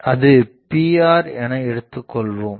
அது Pr எனஎடுத்துக் கொள்வோம்